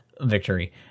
victory